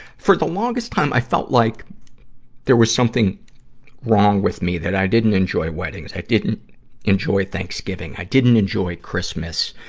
for the longest time, i felt like there was something wrong with me, that i didn't enjoy weddings, i didn't enjoy thanksgiving, i didn't enjoy christmas.